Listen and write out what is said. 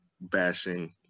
bashing